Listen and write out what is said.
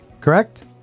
Correct